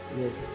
Yes